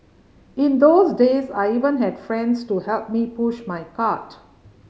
in those days I even had friends to help me push my cart